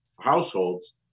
households